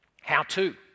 How-to